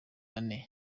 ane